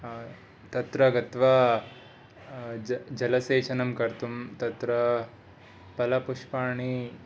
तत्र गत्वा ज जलसेचनं कर्तुं तत्र फलपुष्पाणि